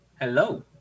Hello